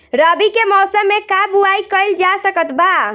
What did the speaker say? रवि के मौसम में का बोआई कईल जा सकत बा?